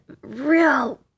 real